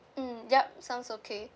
mm yup sounds okay